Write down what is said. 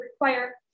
require